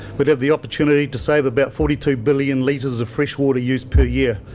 but have the opportunity to save about forty two billion litres of freshwater use per year.